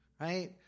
right